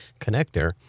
connector